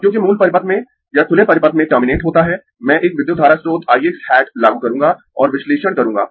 अब क्योंकि मूल परिपथ में यह खुले परिपथ में टर्मिनेट होता है मैं एक विद्युत धारा स्रोत ix हैट लागू करूंगा और विश्लेषण करूंगा